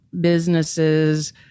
businesses